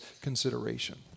consideration